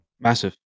massive